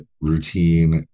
routine